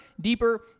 deeper